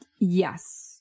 yes